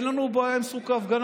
אין לנו בעיה עם זכות ההפגנה.